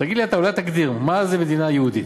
תגיד לי אתה, אולי תגדיר, מה זה מדינה יהודית?